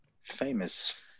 famous